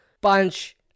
bunch